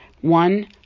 One